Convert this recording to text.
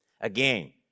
Again